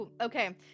Okay